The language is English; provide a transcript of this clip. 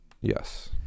Yes